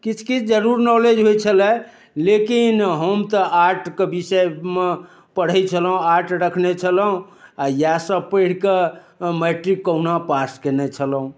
किछु किछु जरूर नौलेज होइ छलै लेकिन हम तऽ आर्टके विषयमे पढ़य छलहुँ आर्ट रखने छलहुँ आओर इएह सभ पढ़िकऽ मैट्रिक कहुना पास कयने छलहुँ